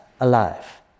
alive